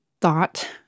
thought